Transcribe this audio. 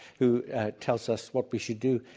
who tells us what we should do,